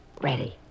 Ready